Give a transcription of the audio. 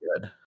good